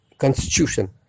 constitution